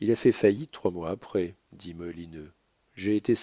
il a fait faillite trois mois après dit molineux j'ai été